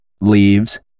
leaves